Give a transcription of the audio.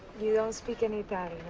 you don't speak any